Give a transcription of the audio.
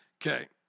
Okay